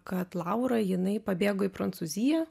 kad laura jinai pabėgo į prancūziją